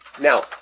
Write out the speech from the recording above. Now